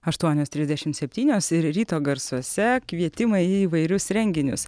aštuonios trisdešimt septynios ir ryto garsuose kvietimai į įvairius renginius